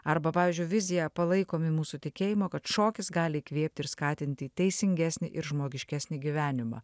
arba pavyzdžiui viziją palaikomi mūsų tikėjimo kad šokis gali įkvėpti ir skatinti teisingesnį ir žmogiškesnį gyvenimą